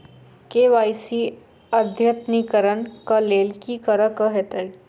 KYC अद्यतनीकरण कऽ लेल की करऽ कऽ हेतइ?